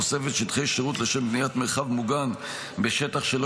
תוספת שטחי שירות לשם בניית מרחב מוגן בשטח שלא